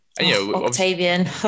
Octavian